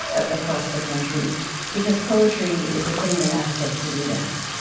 ah across the country because poetry is a thing that asks us to do that.